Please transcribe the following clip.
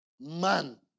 Man